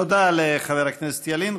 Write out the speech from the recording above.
תודה לחבר הכנסת ילין.